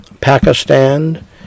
Pakistan